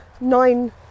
nine